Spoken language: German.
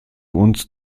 uns